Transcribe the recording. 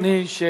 אדוני,